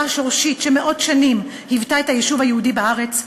השורשית שמאות שנים היוותה את היישוב היהודי בארץ,